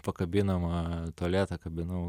pakabinamą tualetą kabinau